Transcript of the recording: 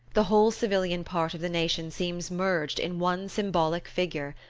the whole civilian part of the nation seems merged in one symbolic figure,